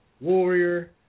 Warrior